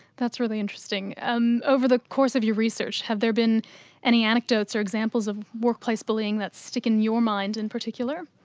that's really interesting. um over the course of your research have there been any anecdotes or examples of workplace bullying that stick in your mind in particular?